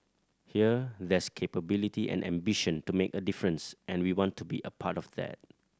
here there's capability and ambition to make a difference and we want to be a part of that